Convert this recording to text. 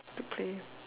to play